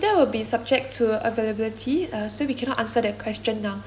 that will be subject to availability uh so we cannot answer that question now